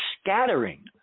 scattering